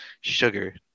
sugar